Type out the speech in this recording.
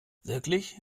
wirklich